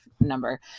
number